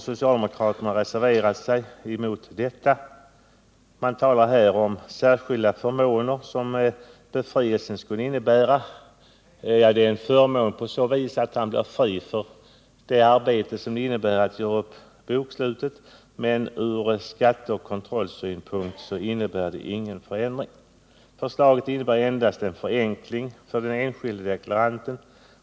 Socialdemokraterna har reserverat sig även mot detta. Man talar om särskilda förmåner som befrielsen skulle innebära. Ja, det är en förmån på så vis att vederbörande blir fri från det arbete som det innebär att göra upp bokslutet, men från skatteoch kontrollsynpunkt innebär det ingen förändring. Förslaget innebär endast en förenkling för den enskilde deklaranten.